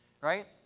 right